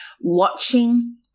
watching